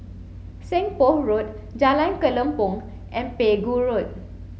Seng Poh Road Jalan Kelempong and Pegu Road